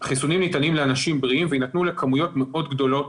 חיסונים ניתנים לאנשים בריאים ויינתנו לכמויות מאוד גדולות